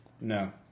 No